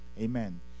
Amen